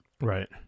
Right